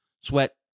sweat